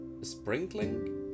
sprinkling